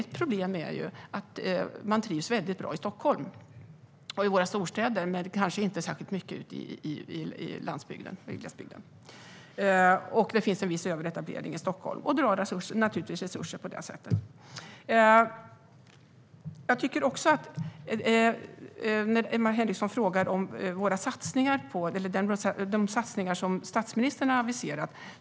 Ett problem är dock att de trivs väldigt bra i Stockholm och andra städer men inte på landsbygd och i glesbygd. Det finns en viss överetablering i Stockholm, vilket drar resurser. Emma Henriksson frågar om de satsningar som statsministern har aviserat.